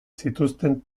zituzten